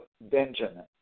Benjamin